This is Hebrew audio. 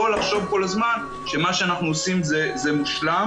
לחשוב כל הזמן שמה שאנחנו עושים הוא מושלם.